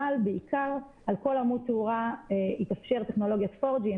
אבל בעיקר על כל עמוד תאורה תתאפשר טכנולוגיית 4G,